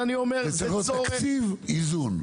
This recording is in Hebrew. זה צריך להיות תקציב איזון.